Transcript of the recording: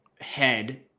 head